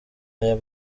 aya